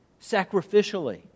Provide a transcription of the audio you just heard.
sacrificially